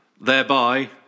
Thereby